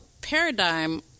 paradigm